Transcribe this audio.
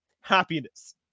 happiness